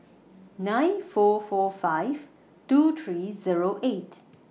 nine four four five two three Zero eight